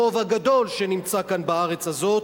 הרוב הגדול שנמצא כאן בארץ הזאת,